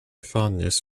fondness